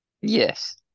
Yes